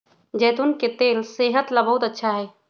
जैतून के तेल सेहत ला बहुत अच्छा हई